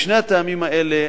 משני הטעמים האלה,